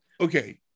okay